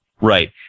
Right